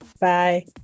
Bye